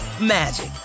magic